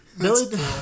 Billy